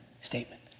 statement